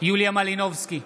יוליה מלינובסקי,